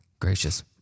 Gracious